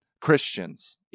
Christians